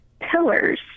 pillars